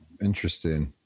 Interesting